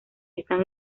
están